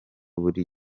buri